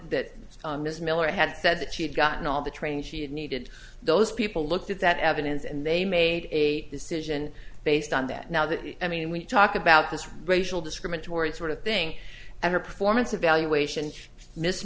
ms miller had said that she had gotten all the training she needed those people looked at that evidence and they made a decision based on that now that i mean we talk about this racial discriminatory sort of thing ever performance evaluations miss